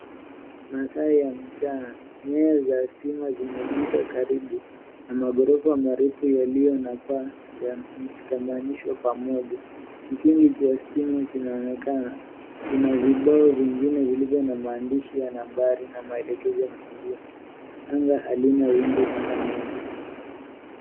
Masaa ya mchana. Nyaya za stima zimepita karibu na maghorofa marefu yaliyo na paa ya mshikanisho pamoja. Kikingi cha stima kinaonekana. Kuna vibao vingine vilivyo na maandishi ya nambari na maelekezo mengine. Anga halina wingu hata moja.